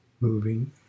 moving